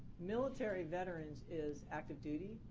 military veterans is active duty,